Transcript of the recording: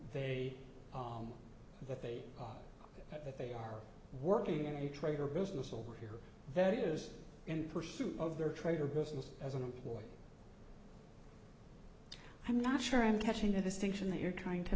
they that they have if they are working in a trade or business or here that is in pursuit of their trade or business as an employer i'm not sure i'm catching a distinction that you're trying to